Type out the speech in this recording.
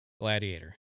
Gladiator